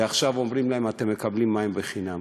ועכשיו אומרים להם: אתם מקבלים מים חינם.